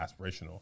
aspirational